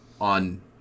on